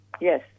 yes